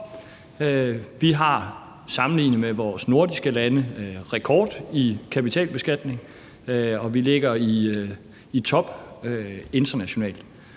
Vi har sammenlignet med andre nordiske lande rekord i kapitalbeskatning, og vi ligger i top internationalt,